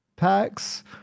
packs